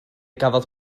gafodd